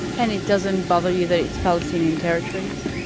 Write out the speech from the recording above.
and it doesn't bother you that it's palestinian territories?